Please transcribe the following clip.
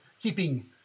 keeping